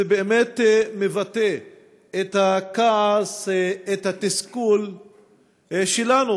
זה באמת מבטא את הכעס ואת התסכול שלנו,